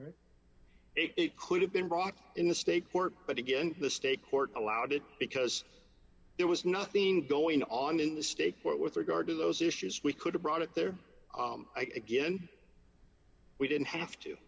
right it could have been brought in a state court but again the state court allowed it because there was nothing going on in the state what with regard to those issues we could have brought it there again we didn't have to